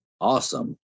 Awesome